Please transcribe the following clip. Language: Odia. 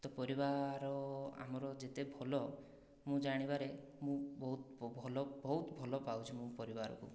ତ ପରିବାର ଆମର ଯେତେ ଭଲ ମୁଁ ଜାଣିବାରେ ମୁଁ ବହୁତ ଭଲ ବହୁତ ଭଲ ପାଉଛି ମୋ ପରିବାରକୁ